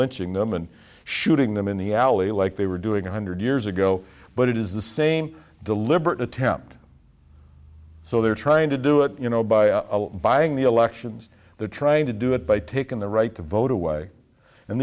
lynching them and shooting them in the alley like they were doing one hundred years ago but it is the same deliberate attempt so they're trying to do it you know by buying the elections they're trying to do it by taking the right to vote away and